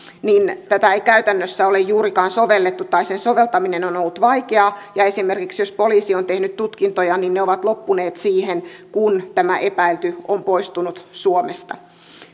tätä ei käytännössä ole juurikaan sovellettu tai sen soveltaminen on ollut vaikeaa ja esimerkiksi jos poliisi on tehnyt tutkintoja niin ne ovat loppuneet siihen kun tämä epäilty on poistunut suomesta